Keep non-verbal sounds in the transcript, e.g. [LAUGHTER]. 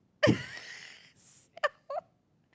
[LAUGHS] siao